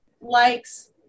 likes